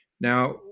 now